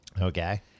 Okay